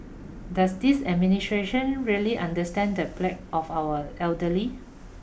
does this really understand the plight of our elderly